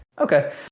Okay